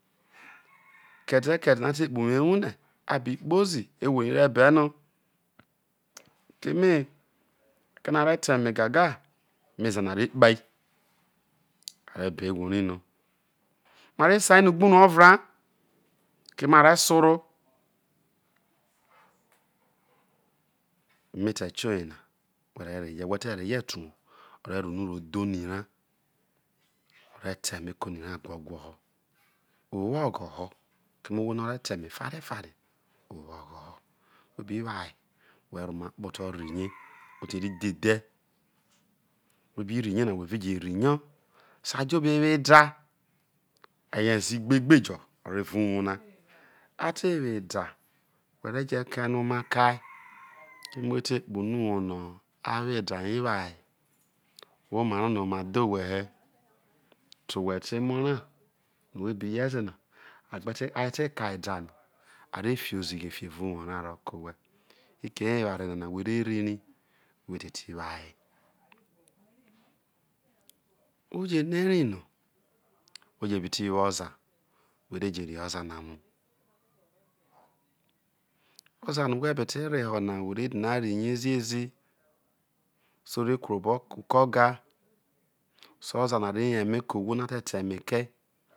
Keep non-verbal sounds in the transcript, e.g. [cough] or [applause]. [noise] ke̱de̱ ke̱de̱ no̱ a te kpoho ewubre ubi kpou ewu rai rebe no, keme eke̱ no̱ a re̱ ta e̱me gaga emezae na re kpai a re be̱ ewurai no ma re sai no ugbunu o̱vra keme are̱ soro emete tioyena whe re̱ reh, ete uwoo o̱ re̱ ro̱ uno ro̱ ihe oni ra, o̱ re̱ ta e̱me̱ ke̱ onira who̱ howho̱ ho̱ o wogho̱ ho̱ kem e dewo no ore ta eme forie owo ogho ho̱ whe bi wo aye whe ro̱ oma kpoto rri rie ote rro dhedhe̱, whe̱ bi rri rie na whe re je rri rie so a jo obe, wo eda hayo e̱zi gbegbe jo o̱ rro evao uwou na ate wo eda whe re je keno mu ka e [noise] keme whe kpoho unuwor rai no̱ awo eda nya wo aye whe omara no̱ oma dhe owhe̱ he̱ te owhe te emo̱ ra no̱ whe biye̱ zena a gbete a je̱ te kae eda no arefi ozighi fiho uwor ra ro̱ke̱ owhe̱ fikiere eware nana a where rri rai whe̱ te ti wo oye u je no ere no who je bi tiwo oza whe re je rri oza na mu oza no̱ whe̱ bete re̱ho̱ na whe̱ re̱ dina rri rie zi za so o re kru obo ke̱ oko ga so oza na re yo eme ohwo no̱ ate̱ ta emekee.